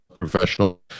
professional